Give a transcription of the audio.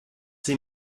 sie